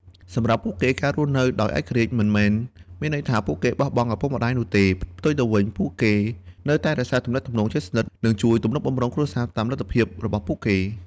សម្រាប់ពួកគេ ការរស់នៅដោយឯករាជ្យមិនមែនមានន័យថាពួកគេបោះបង់ចោលឪពុកម្តាយនោះទេ ផ្ទុយទៅវិញពួកគេនៅតែរក្សាទំនាក់ទំនងជិតស្និទ្ធ និងជួយទំនុកបម្រុងគ្រួសារតាមលទ្ធភាពរបស់ពួកគេ។